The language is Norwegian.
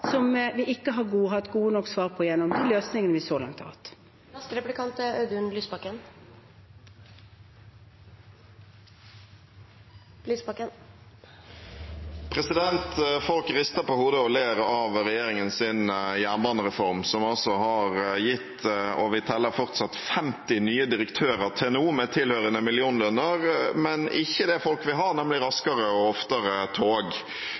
som vi ikke har hatt gode nok svar på gjennom de løsningene vi så langt har hatt. Folk rister på hodet og ler av regjeringens jernbanereform, som har gitt 50 nye direktører til nå – og vi teller fortsatt – med tilhørende millionlønninger, men ikke det folk vil ha, nemlig raskere og oftere tog.